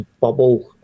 bubble